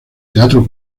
teatro